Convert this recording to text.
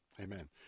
amen